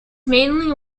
mainly